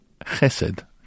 chesed